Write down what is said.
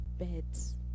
beds